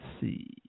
see